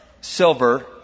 silver